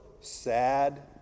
sad